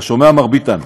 אתה שומע, מר ביטן?